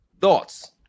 Thoughts